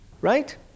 Right